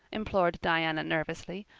implored diana nervously.